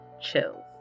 chills